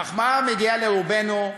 המחמאה מגיעה לרובנו,